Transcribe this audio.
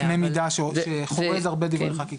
אחרי זה יש הרבה דברי חקיקה.